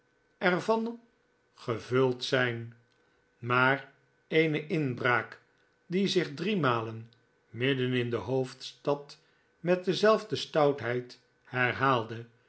van gevuld zijn maar eene inbraak die zich driemalen midden in de hoofdstad met dezelfde stoutheid herhaalde